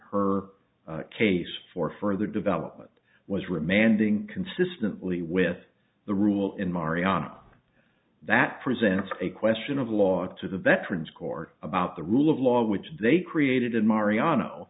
her case for further development was remanding consistently with the rule in marianna that presents a question of law to the veterans court about the rule of law which they created and marian